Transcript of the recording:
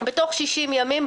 בתוך 60 ימים,